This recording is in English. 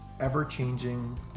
Ever-changing